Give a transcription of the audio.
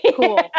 Cool